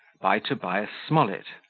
by tobias smollett